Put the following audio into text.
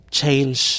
change